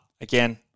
again